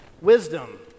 wisdom